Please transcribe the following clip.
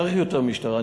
צריך יותר משטרה,